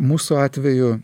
mūsų atveju